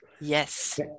Yes